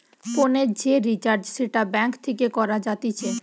ফোনের যে রিচার্জ সেটা ব্যাঙ্ক থেকে করা যাতিছে